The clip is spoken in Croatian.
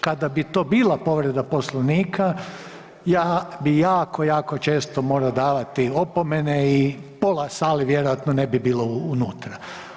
Kada bi to bila povreda Poslovnika ja bi jako, jako često morao davati opomene i pola sale vjerojatno ne bi bilo unutra.